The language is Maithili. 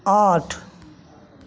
आठ